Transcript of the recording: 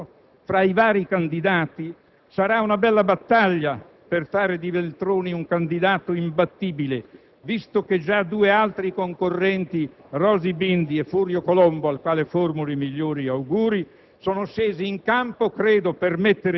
Nel partito democratico stesso, fra i vari candidati, sarà una bella battaglia per fare di Veltroni un candidato imbattibile visto che già due altri concorrenti, Rosy Bindi e Furio Colombo, al quale formulo i migliori auguri,